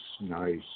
Nice